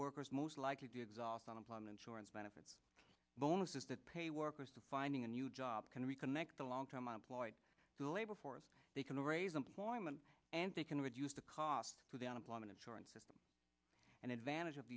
workers most likely to exhaust unemployment insurance benefits bonuses that pay workers to finding a new job can reconnect the long term unemployed the labor force they can raise employment and they can reduce the cost to the unemployment insurance system an advantage of